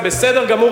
זה בסדר גמור,